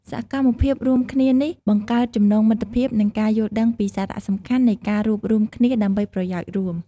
សកម្មភាពរួមគ្នានេះបង្កើតចំណងមិត្តភាព និងការយល់ដឹងពីសារៈសំខាន់នៃការរួបរួមគ្នាដើម្បីប្រយោជន៍រួម។